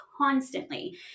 constantly